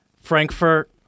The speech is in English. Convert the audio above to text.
Frankfurt